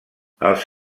els